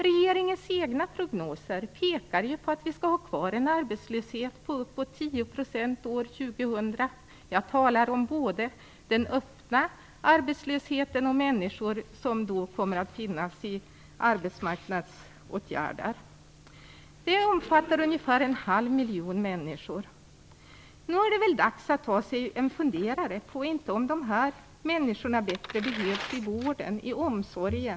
Regeringens egna prognoser pekar mot att vi skall ha kvar en arbetslöshet på uppåt 10 % år 2000 - jag talar både om den öppna arbetslösheten och om människor som då kommer att finnas i arbetsmarknadsåtgärder. Det omfattar ungefär en halv miljon människor. Nog är det väl dags att ta sig en funderare på om inte de här människorna bättre behövs i vården, omsorgen och utbildningen, i stället för att gå med akassemedel.